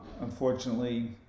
Unfortunately